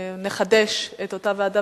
נחדש את אותה ועדה.